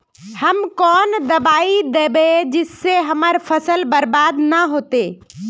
हम कौन दबाइ दैबे जिससे हमर फसल बर्बाद न होते?